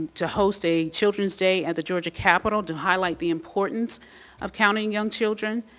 to host a children's day at the georgia capital to highlight the importance of counting young children.